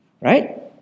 Right